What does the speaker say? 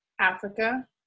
Africa